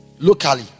Locally